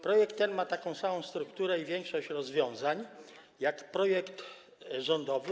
Projekt ten ma taką samą strukturę i większość rozwiązań jak projekt rządowy.